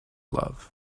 love